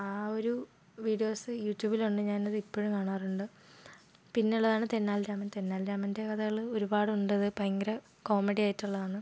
ആ ഒരു വീഡിയോസ് യൂട്യൂബിൽ ഉണ്ട് ഞാൻ അത് ഇപ്പോഴും കാണാറുണ്ട് പിന്നെയുള്ളതാണ് തെന്നാലി രാമൻ തെന്നാലി രാമൻ്റെ കഥകൾ ഒരുപാടുണ്ടത് ഭയങ്കര കോമഡിയായിട്ടുള്ളതാണ്